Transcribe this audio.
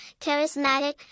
charismatic